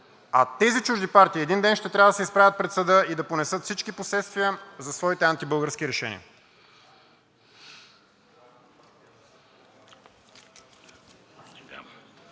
а тези чужди партии един ден ще трябва да се изправят пред съда и да понесат всички последствия за своите антибългарски решения.